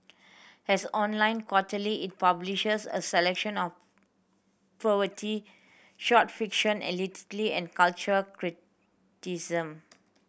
has online quarterly it publishes a selection of short fiction and cultural criticism